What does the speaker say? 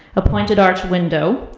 a pointed arched window.